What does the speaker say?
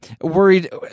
worried